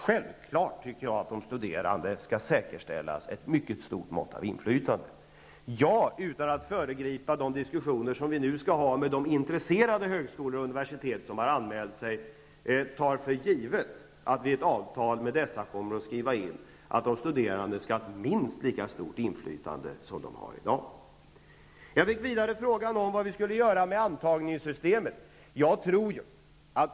Självfallet tycker jag att de studerande skall säkerställas ett mycket stort mått av inflytande. Utan att föregripa de diskussioner som vi nu skall ha med de intresserade högskolor och universitet som har anmält sig tar jag för givet att vi i ett avtal med dessa kommer att skriva in att de studerande skall ha minst lika stort inflytande som de har i dag. Jag fick vidare frågan om vad vi skulle göra med antagningssystemet.